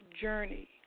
journey